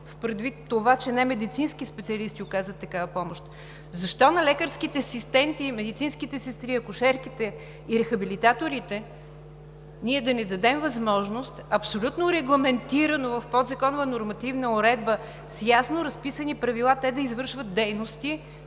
предвид с това, че немедицински специалисти оказват такава помощ. Защо на лекарските асистенти и медицинските сестри, акушерките и рехабилитаторите ние да не дадем възможност абсолютно регламентирано в подзаконова нормативна уредба, с ясно разписани правила да извършват дейности,